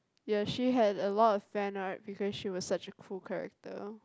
ya she had a lot of fan right because she was such a cool character